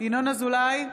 ינון אזולאי,